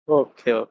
okay